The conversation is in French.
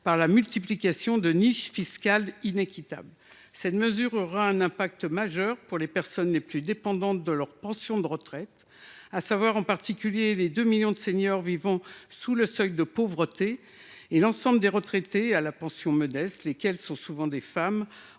et à multiplier les niches fiscales inéquitables. Cette mesure aura un impact majeur pour les personnes les plus dépendantes de leur pension de retraite, en particulier les 2 millions de seniors vivant sous le seuil de pauvreté et l’ensemble des retraités percevant une pension modeste, qui sont souvent des femmes